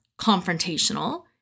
confrontational